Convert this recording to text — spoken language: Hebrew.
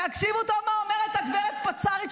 תקשיבו טוב מה אומרת הגברת פצ"רית,